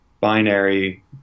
binary